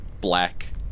black